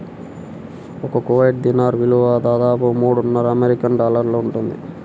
ఒక Kuwait dinar విలువ దాదాపు మూడున్నర అమెరికన్ డాలర్లు ఉంటుంది